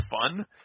fun